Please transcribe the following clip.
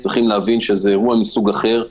צריכה להבין שזה אירוע מסוג אחר.